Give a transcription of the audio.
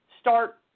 start